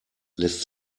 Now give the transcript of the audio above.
lässt